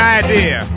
idea